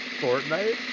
Fortnite